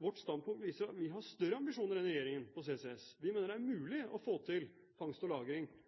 vårt standpunkt viser at vi har større ambisjoner enn regjeringen på CCS. Vi mener det er mulig å få til fangst og lagring